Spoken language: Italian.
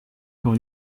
con